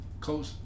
Coach